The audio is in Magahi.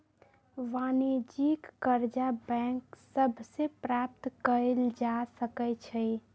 वाणिज्यिक करजा बैंक सभ से प्राप्त कएल जा सकै छइ